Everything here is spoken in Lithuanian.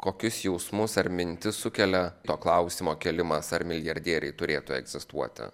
kokius jausmus ar mintis sukelia klausimo kėlimas ar milijardieriai turėtų egzistuoti